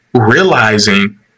realizing